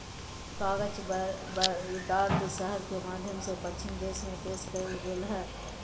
कागज बगदाद शहर के माध्यम से पश्चिम देश में पेश करल गेलय हइ